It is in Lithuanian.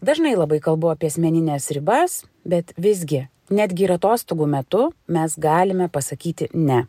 dažnai labai kalbu apie asmenines ribas bet visgi netgi ir atostogų metu mes galime pasakyti ne